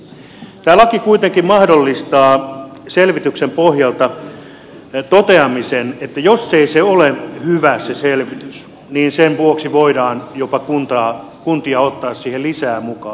tämä laki kuitenkin mahdollistaa selvityksen pohjalta toteamisen että jos ei se selvitys ole hyvä niin sen vuoksi voidaan jopa kuntia ottaa siihen lisää mukaan